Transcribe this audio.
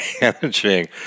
managing